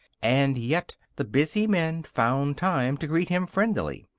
and yet the busy men found time to greet him friendlily.